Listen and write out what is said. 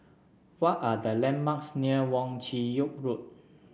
what are the landmarks near Wong Chin Yoke Road